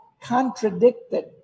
contradicted